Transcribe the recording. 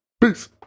Peace